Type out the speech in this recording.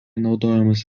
naudojamos